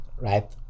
right